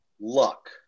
luck